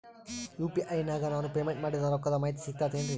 UPI ನಾಗ ನಾನು payment ಮಾಡಿದ ರೊಕ್ಕದ ಮಾಹಿತಿ ಸಿಕ್ತಾತೇನ್ರೀ?